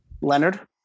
Leonard